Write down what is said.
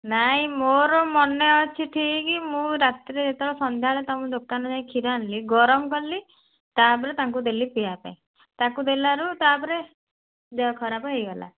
ନାହିଁ ମୋର ମନେ ଅଛି ଠିକ୍ ମୁଁ ରାତିରେ ଯେତେବେଳେ ସନ୍ଧ୍ୟାବେଳେ ତମ ଦୋକାନରୁ ଯାଇକି କ୍ଷୀର ଆଣିଲି ଗରମ କଲି ତାପରେ ତାଙ୍କୁ ଦେଲି ପିଇବା ପାଇଁ ତାକୁ ଦେଲାରୁ ତାପରେ ଦେହ ଖରାପ ହେଇଗଲା